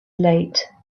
late